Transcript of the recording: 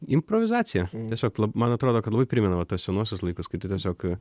improvizacija tiesiog lab man atrodo kad labai primena va tas senuosius laikus kai tu tiesiog